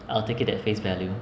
I'll take it at face value